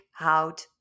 houd